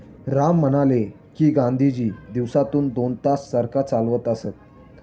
राम म्हणाले की, गांधीजी दिवसातून दोन तास चरखा चालवत असत